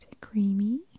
creamy